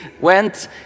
went